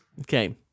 Okay